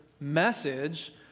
message